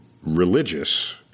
religious